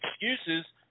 excuses